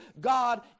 God